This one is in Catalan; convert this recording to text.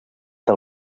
del